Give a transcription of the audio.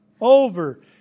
Over